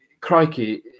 Crikey